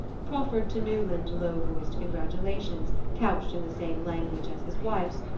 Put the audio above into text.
proffered to newland low-voiced congratulations couched in the same language as his wife's,